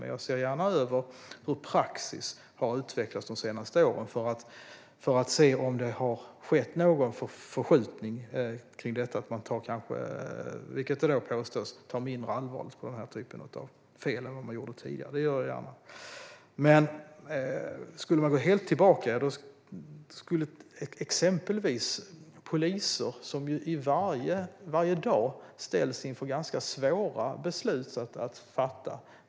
Men jag ser gärna över hur praxis har utvecklats de senaste åren för att se om det har skett någon förskjutning innebärande att man - vilket påstås - tar mindre allvarligt på den här typen av fel än vad man gjorde tidigare. För att ta ett exempel ställs poliser varje dag inför ganska svåra beslut att fatta.